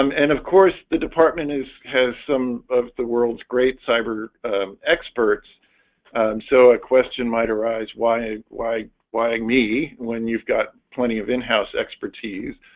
um and of course the department is has some of the world's great cyber experts so a question might arise, why ah why why and me when you've got plenty of in-house expertise?